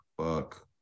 fuck